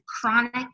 chronic